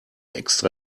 extra